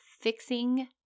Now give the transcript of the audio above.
fixing